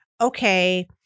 okay